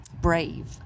brave